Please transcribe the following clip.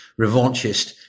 revanchist